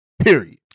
Period